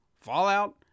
Fallout